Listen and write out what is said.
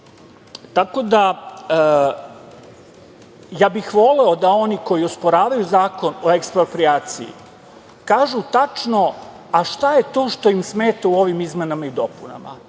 tu oblast. Ja bih voleo da oni koji osporavaju Zakon o eksproprijaciji kažu tačno šta je to što im smeta u ovim izmenama i dopunama?